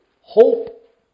Hope